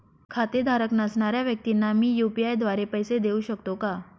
खातेधारक नसणाऱ्या व्यक्तींना मी यू.पी.आय द्वारे पैसे देऊ शकतो का?